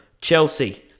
Chelsea